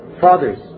fathers